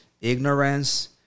ignorance